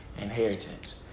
inheritance